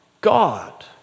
God